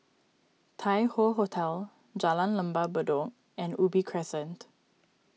Tai Hoe Hotel Jalan Lembah Bedok and Ubi Crescent